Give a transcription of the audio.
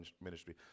ministry